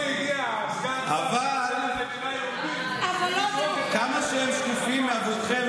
אבל כמה שהם שקופים עבורכם,